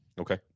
Okay